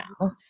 now